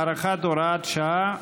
הארכת הוראת השעה),